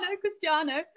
Cristiano